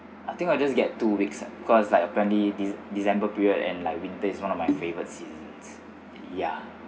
I think I'll just get two weeks cause like apparently dec~ december period and like winters is one of my favorites season ya